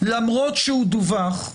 למרות שהוא דווח,